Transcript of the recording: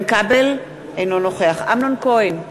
אינו נוכח אמנון כהן,